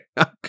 Okay